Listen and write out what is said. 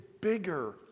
bigger